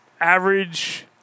average